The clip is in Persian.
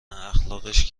اخلاقش